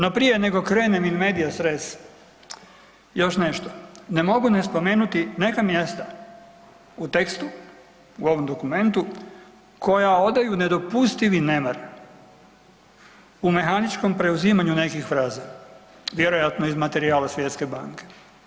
No prije nego krenem in media stres još nešto, ne mogu ne spomenuti neka mjesta u tekstu u ovom dokumentu koja odaju nedopustivi nemar u mehaničkom preuzimanju nekih fraza, vjerojatno iz materijala Svjetske banke.